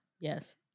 Yes